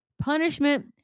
punishment